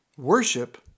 worship